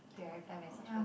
okay I reply message first